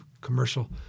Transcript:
commercial